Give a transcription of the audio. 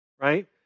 right